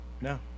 No